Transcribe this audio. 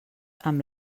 amb